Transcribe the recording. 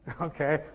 Okay